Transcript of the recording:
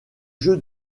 jeux